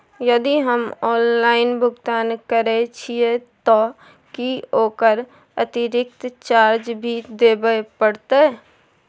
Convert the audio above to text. यदि हम ऑनलाइन भुगतान करे छिये त की ओकर अतिरिक्त चार्ज भी देबे परतै?